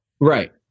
Right